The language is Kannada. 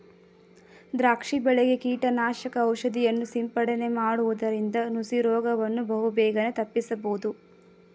ದ್ರಾಕ್ಷಿ ಬೆಳೆಗೆ ಕೀಟನಾಶಕ ಔಷಧಿಯನ್ನು ಸಿಂಪಡನೆ ಮಾಡುವುದರಿಂದ ನುಸಿ ರೋಗವನ್ನು ಬಹುಬೇಗನೆ ತಪ್ಪಿಸಬೋದು